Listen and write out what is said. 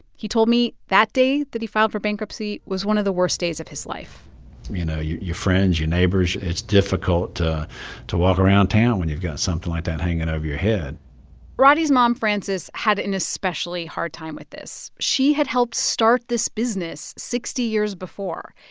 he told me that day that he filed for bankruptcy was one of the worst days of his life you know, your friends, your neighbors it's difficult to to walk around town when you've got something like that hanging and over your head roddey's mom, frances, had an especially hard time with this. she had helped start this business sixty years before.